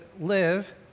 live